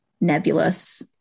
nebulous